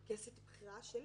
כי עשיתי את הבחירה שלי?